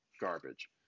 garbage